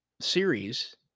series